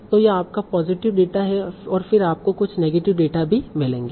तो यह आपका पॉजिटिव डेटा है और फिर आपको कुछ नेगेटिव डेटा भी मिलेंगे